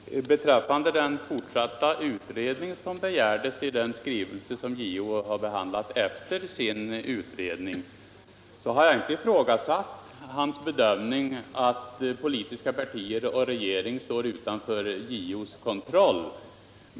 Herr talman! Beträffande den fortsatta utredning som begärdes i den skrivelse som JO behandlade efter sin utredning har jag inte ifrågasatt hans bedömning att de politiska partierna och regeringen står utanför hans kontroll.